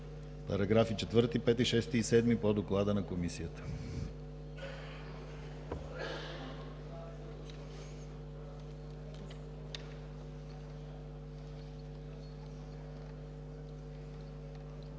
параграфи 4, 5, 6 и 7 по Доклада на Комисията.